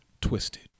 twisted